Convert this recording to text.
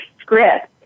script